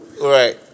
Right